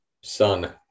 Sun